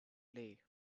lay